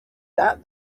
that